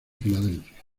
filadelfia